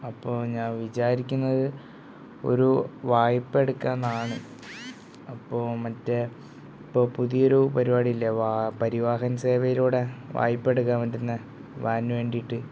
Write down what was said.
അപ്പോൾ ഞാൻ വിച്ചാരിക്കുന്നത് ഒരു വായ്പ എടുക്കാമെന്നാണ് അപ്പോൾ മറ്റേ ഇപ്പോൾ പുതിയൊരു പരിപാടി ഇല്ലെ പരിവാഹൻ സേവയിലൂടെ വായ്പ എടുക്കാൻ പറ്റുന്നത് വാനിനു വേണ്ടിയിട്ട്